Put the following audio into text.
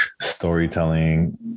storytelling